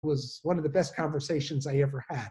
‫זאת הייתה אחת משיחות הכי טובות ‫שעשיתי בחיי.